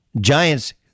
Giants